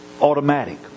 automatic